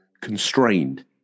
constrained